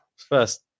first